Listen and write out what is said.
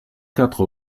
quatre